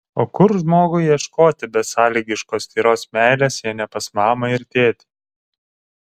o kur žmogui ieškoti besąlygiškos tyros meilės jei ne pas mamą ir tėtį